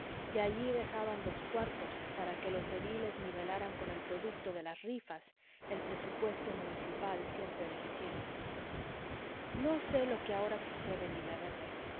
que allí dejaban los cuartos para que los ediles nivelaran con el producto de las rifas el presupuesto municipal siempre deficiente no sé lo que ahora sucede en villaverde